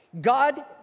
God